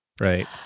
Right